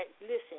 Listen